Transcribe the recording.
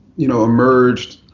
you know, emerged